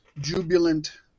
jubilant